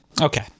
Okay